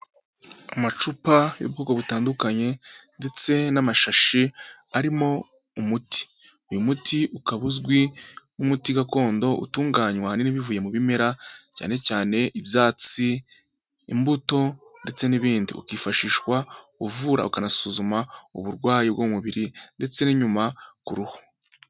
Amacupa y'ubwoko butandukanye, ndetse n'amashashi arimo umuti, uyu muti ukaba uzwi nk'umuti gakondo utunganywa n'ibivuye mu bimera, cyane cyane ibyatsi, imbuto ndetse n'ibindi, ukifashishwa uvura ukanasuzuma uburwayi bw'umubiri ndetse n'inyuma ku ruhu.